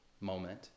moment